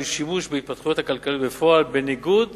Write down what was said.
שימוש בהתפתחויות הכלכליות בפועל בניגוד